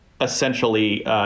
essentially